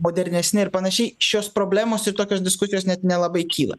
modernesni ir panašiai šios problemos ir tokios diskusijos net nelabai kyla